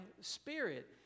spirit